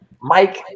Mike